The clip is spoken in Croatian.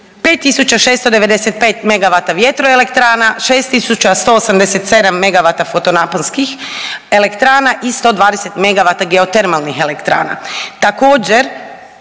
5695 megavata vjetro elektrana, 6187 megavata fotonaponskih elektrana i 120 megavata geotermalnih elektrana. Također